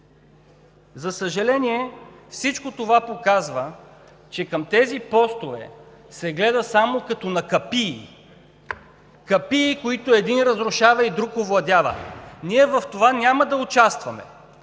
За съжаление, всичко това показва, че към тези постове се гледа само като на капии – капии, които един разрушава и друг овладява. Ние в това няма да участваме.